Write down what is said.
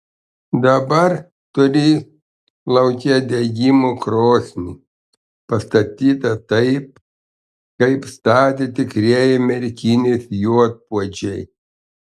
dabar turi lauke degimo krosnį pastatytą taip kaip statė tikrieji merkinės juodpuodžiai